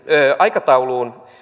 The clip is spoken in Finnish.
aikataulu